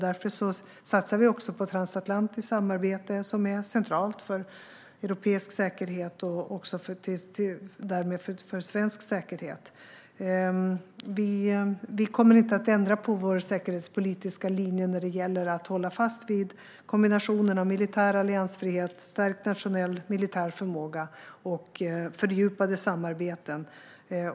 Därför satsar vi på ett transatlantiskt samarbete, vilket är centralt för europeisk säkerhet och därmed för svensk säkerhet. Vi kommer inte att ändra på vår säkerhetspolitiska linje när det gäller att hålla fast vid kombinationen militär alliansfrihet, stärkt nationell militär förmåga och fördjupade samarbeten.